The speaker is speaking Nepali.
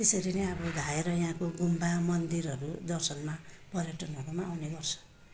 त्यसरी नै अब धाएर यहाँको गुम्बा मन्दिरहरू दर्शनमा पर्यटनहरू पनि आउने गर्छ